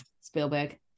Spielberg